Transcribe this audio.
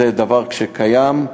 זה דבר שקיים.